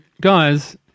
guys